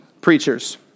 preachers